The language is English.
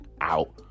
out